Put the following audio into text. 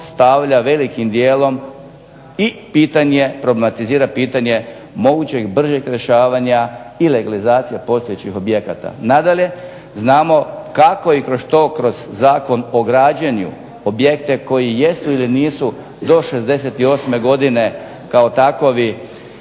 stavlja velikim dijelom i pitanje, problematizira pitanje mogućeg bržeg rješavanja i legalizacija postojećih objekata. Nadalje znamo kako i kroz što kroz Zakon o građenju objekte koji jesu ili nisu do '68. godine kao takovi